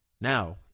Now